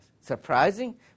surprising